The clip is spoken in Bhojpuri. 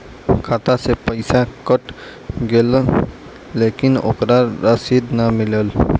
खाता से पइसा कट गेलऽ लेकिन ओकर रशिद न मिलल?